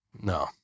No